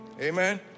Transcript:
Amen